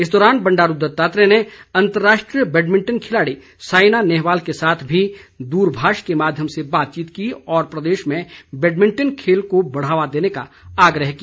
इस दौरान बंडारू दत्तात्रेय ने अंतर्राष्ट्रीय बैडमिंटन खिलाड़ी साईना नेहवाल के साथ भी दूरभाष के माध्यम से बातचीत की और प्रदेश में बैडमिंटन खेल को बढ़ावा देने का आग्रह किया